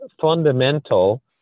fundamental